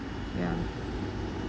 ya